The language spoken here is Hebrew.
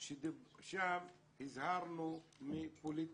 שם הזהרנו מפוליטיקה.